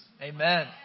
Amen